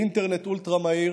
אינטרנט אולטרה-מהיר